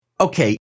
Okay